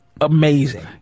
amazing